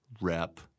Rep